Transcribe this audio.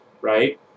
right